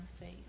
faith